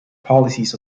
policies